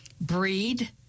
breed